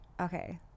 Okay